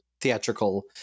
theatrical